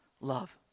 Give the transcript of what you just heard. love